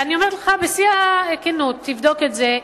אני אומרת כאן בשיא הכנות, תבדוק את זה,